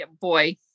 boy